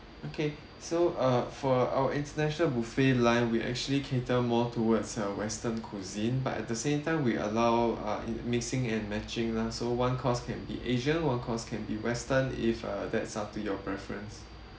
okay so uh for our international buffet line we actually cater more towards uh western cuisine but at the same time we allow uh mixing and matching lah so one course can be asian one course can be western if uh that's up to your preference